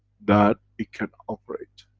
that it can operate.